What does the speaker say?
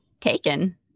Taken